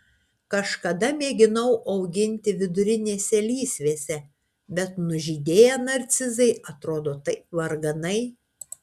kažkada mėginau auginti vidurinėse lysvėse bet nužydėję narcizai atrodo taip varganai